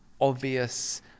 obvious